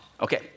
Okay